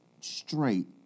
straight